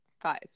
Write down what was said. Five